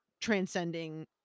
transcending